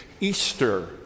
Easter